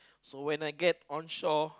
so when I get onshore